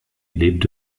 lebte